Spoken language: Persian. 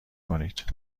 کنید